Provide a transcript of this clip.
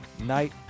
night